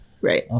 Right